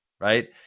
right